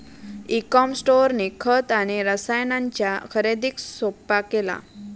E com स्टोअरनी खत आणि रसायनांच्या खरेदीक सोप्पा केला